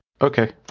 Okay